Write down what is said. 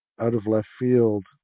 out-of-left-field